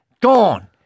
Gone